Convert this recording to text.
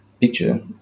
picture